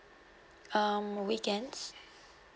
um weekends